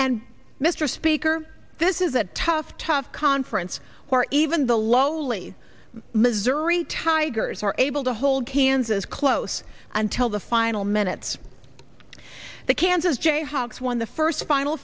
and mr speaker this is a tough tough conference or even the lowly missouri tigers are able to hold kansas close until the final minutes the kansas jayhawks won the first final